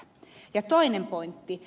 toinen pointti